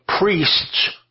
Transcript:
priests